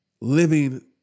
living